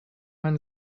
man